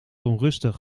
onrustig